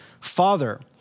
Father